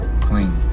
clean